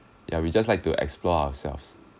ya we just like to explore ourselves